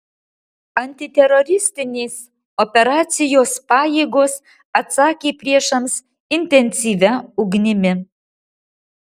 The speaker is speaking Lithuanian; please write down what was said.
antiteroristinės operacijos pajėgos atsakė priešams intensyvia ugnimi